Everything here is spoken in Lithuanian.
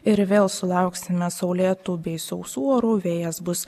ir vėl sulauksime saulėtų bei sausų orų vėjas bus